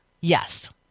Yes